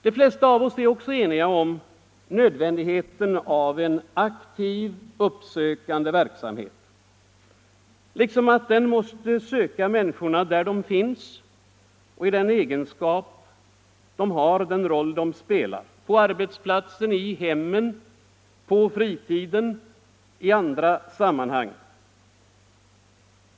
De flesta av oss är också eniga om nödvändigheten av en aktiv uppsökande verksamhet, liksom att den måste söka människorna där de finns och i den egenskap de har och den roll de spelar —- på arbetsplatsen, i hemmen, på fritiden och i andra sammanhang.